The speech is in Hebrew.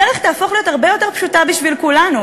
הדרך תהפוך להיות הרבה יותר פשוטה בשביל כולנו,